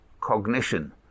cognition